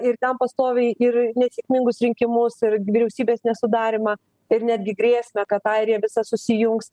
ir ten pastoviai ir nesėkmingus rinkimus ir vyriausybės nesudarymą ir netgi grėsmę kad airija visas susijungs